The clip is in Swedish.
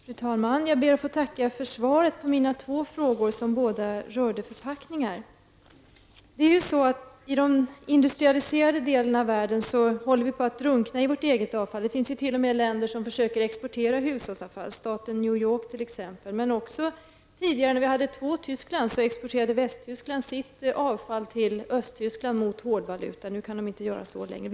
Fru talman! Jag ber att få tacka för svaret på mina två frågor som båda rör förpackningar. I den industrialiserade delen av världen håller vi på att drunkna i vårt eget avfall. Det finns t.o.m. länder som försöker exportera hushållsavfall, exempelvis staten New York. Också när det fanns två Tyskland exporterade Västtyskland sitt avfall till Östtyskland mot hårdvaluta. Nu kan man inte göra så längre.